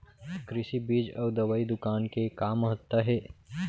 कृषि बीज अउ दवई दुकान के का महत्ता हे?